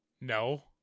no